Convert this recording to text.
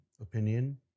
opinion